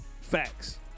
Facts